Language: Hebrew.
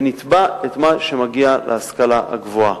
ונתבע את מה שמגיע להשכלה הגבוהה.